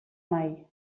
mai